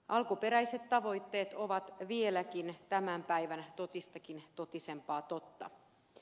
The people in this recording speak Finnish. alkuperäiset tavoitteet ovat vieläkin tämän päivän totistakin totisempaa totta